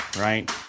right